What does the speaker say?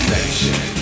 Nation